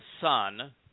son